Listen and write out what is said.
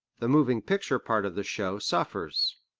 the moving picture part of the show suffers.